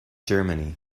germany